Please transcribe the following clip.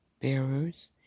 bearers